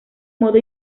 modo